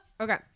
Okay